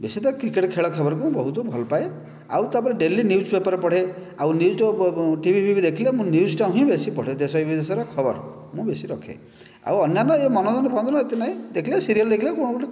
ବେଶି ତ କ୍ରିକେଟ୍ ଖେଳ ଖବରକୁ ମୁଁ ବହୁତ ଭଲପାଏ ଆଉ ତା'ପରେ ଡେଲି ନ୍ୟୁଜ୍ପେପର ପଢ଼େ ଆଉ ନ୍ୟୁଜ୍ଟା ଟିଭି ଫିବି ଦେଖିଲେ ମୁଁ ନ୍ୟୁଜ୍ଟା ହିଁ ବେଶି ପଢ଼େ ଦେଶ ବିଦେଶର ଖବର ମୁଁ ବେଶି ରଖେ ଆଉ ଅନ୍ୟାନ୍ୟ ଏ ମନୋରଞ୍ଜନ ଫନୋରଞ୍ଜନ ଏତେ ନାହିଁ ଦେଖିଲେ ସିରିଏଲ୍ ଦେଖିଲେ କ'ଣ ଗୋଟିଏ କ'ଣ